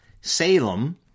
Salem